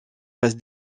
passe